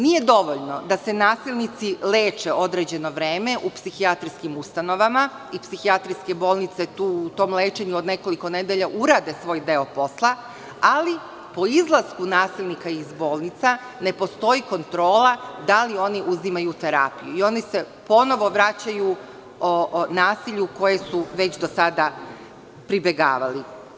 Nije dovoljno da se nasilnici leče određeno vreme u psihijatrijskim ustanovama i psihijatrijske bolnice u tom lečenju od nekoliko nedelja urade svoj deo posla, ali po izlasku nasilnika iz bolnica ne postoji kontrola da li oni uzimaju terapiju i oni se ponovo vraćaju nasilju kojem su do sada pribegavali.